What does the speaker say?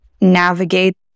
navigate